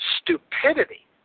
stupidity